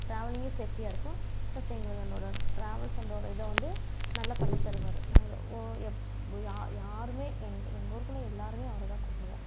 ட்ராவலிங்கே சேஃப்டியாக இருக்கும் பிளஸ் எங்களுக்கு அதோடய ட்ராவல்ஸ் அந்த ஒரு இதை வந்து நல்லா பண்ணித்தருவார் நாங்கள் ஒ எப்போ யா யாருமே எங் எங்கூருக்குள்ளே எல்லோருமே அவரைதான் கூப்பிடுவோம்